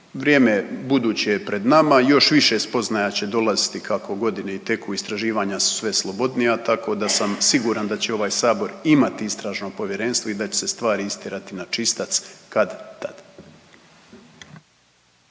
vrijeme buduće je pred nama. Još više spoznaja će dolaziti kako godine i teku istraživanja su sve slobodnija tako da sam siguran da će ovaj sabor imati istražno povjerenstvo i da će se stvari istjerati na čistac kad-tad.